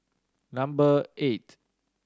number eight